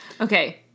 Okay